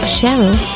Cheryl